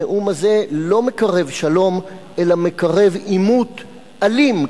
הנאום הזה לא מקרב שלום אלא מקרב עימות אלים,